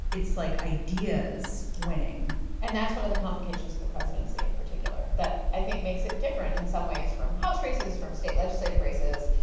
it's like ideas winning and that's one of the complications of the presidency in particular that i think makes it different in some ways from house races, from state legislative races.